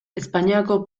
espainiako